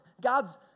God's